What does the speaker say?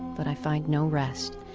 but i find no rest.